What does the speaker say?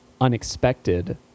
unexpected